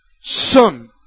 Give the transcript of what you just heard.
Son